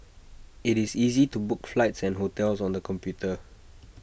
IT is easy to book flights and hotels on the computer